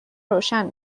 روشن